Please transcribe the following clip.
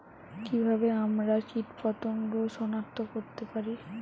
কিভাবে আমরা কীটপতঙ্গ সনাক্ত করতে পারি?